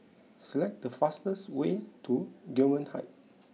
select the fastest way to Gillman Heights